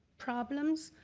problems.